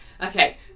Okay